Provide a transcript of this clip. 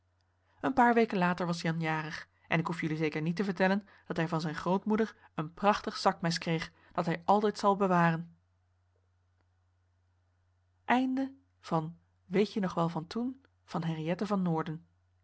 een paar weken later was jan jarig en ik hoef jullie zeker niet te vertellen dat hij van zijn grootmoeder een prachtig zakmes kreeg dat hij altijd zal bewaren henriette van noorden weet je nog wel